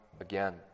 again